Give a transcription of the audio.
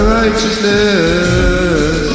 righteousness